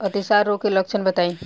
अतिसार रोग के लक्षण बताई?